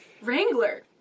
Wrangler